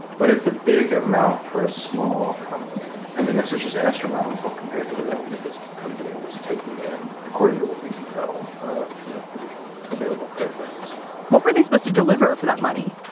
but it's a big amount for a small company. i mean, this was just astronomical compared to the revenue this company was taking in, according to what we can tell you know through available credit records what were they supposed to deliver for that money?